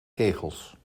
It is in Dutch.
kegels